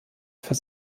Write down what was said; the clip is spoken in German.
für